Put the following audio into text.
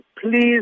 please